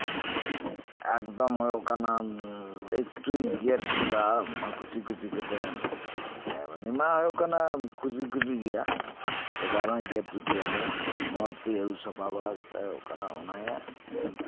ᱮᱠᱫᱚᱢ ᱦᱩᱭᱩᱜ ᱠᱟᱱᱟ ᱮᱠᱴᱩᱭ ᱜᱮᱛ ᱠᱮᱫᱟ ᱠᱩᱪᱤ ᱠᱩᱪᱤᱛᱮ ᱩᱱᱤ ᱢᱟᱭ ᱦᱩᱭᱩᱜ ᱠᱟᱱᱟ ᱠᱩᱪᱤ ᱠᱩᱪᱤ ᱜᱮᱭᱟ ᱛᱚᱵᱮ ᱟᱨᱦᱚᱭ ᱜᱮᱛ ᱠᱩᱪᱤᱭᱟᱫᱟ ᱱᱚᱣᱟᱛᱮ ᱟᱨᱦᱚᱸ ᱢᱚᱸᱡᱛᱮ ᱟᱹᱨᱩᱵ ᱥᱟᱯᱷᱟ ᱠᱟᱛᱮᱜ ᱪᱚᱱᱫᱟ ᱵᱟᱲᱟᱭᱟ